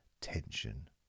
tension